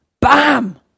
bam